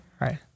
Right